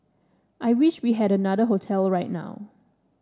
I wish we had another hotel right now